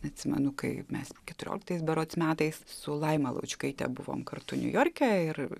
atsimenu kaip mes keturioliktais berods metais su laima laučkaitė buvom kartu niujorke ir